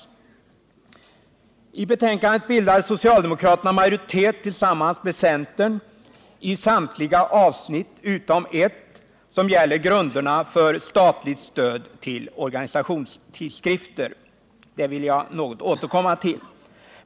I föreliggande betänkande bildar socialdemokraterna majoritet tillsammans med centern i samtliga avsnitt utom ett, nämligen det som gäller grunderna för statligt stöd till organisationstidskrifter. Till detta vill jag något återkomma senare.